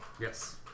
yes